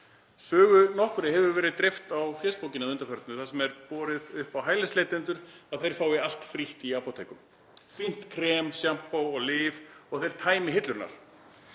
Sögu nokkurri hefur verið dreift á fésbókinni að undanförnu þar sem er borið upp á hælisleitendur að þeir fái allt frítt í apótekum; fínt krem, sjampó og lyf og þeir tæmi hillurnar.